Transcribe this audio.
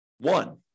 one